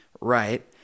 Right